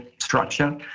structure